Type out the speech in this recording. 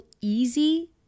easy